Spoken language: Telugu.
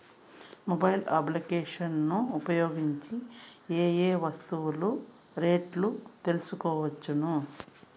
మొబైల్ అప్లికేషన్స్ ను ఉపయోగించి ఏ ఏ వస్తువులు రేట్లు తెలుసుకోవచ్చును?